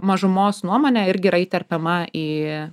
mažumos nuomonė irgi yra įterpiama į